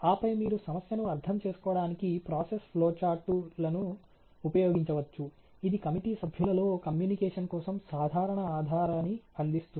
ఆపై మీరు సమస్యను అర్థం చేసుకోవడానికి ప్రాసెస్ ఫ్లో చార్టు లను ఉపయోగించవచ్చు ఇది కమిటీ సభ్యులలో కమ్యూనికేషన్ కోసం సాధారణ ఆధారాన్ని అందిస్తుంది